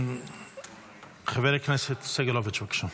חבר הכנסת סגלוביץ, בבקשה.